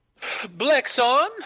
Blexon